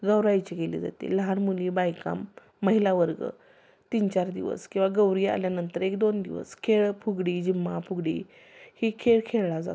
गौराईची केली जाते लहान मुली बायका महिला वर्ग तीनचार दिवस किंवा गौरी आल्यानंतर एकदोन दिवस खेळ फुगडी झिम्मा फुगडी ही खेळ खेळला जातो